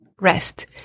rest